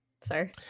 Sorry